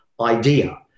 idea